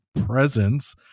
presence